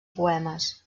poemes